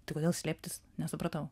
tai kodėl slėptis nesupratau